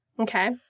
Okay